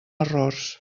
errors